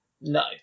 No